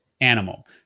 animal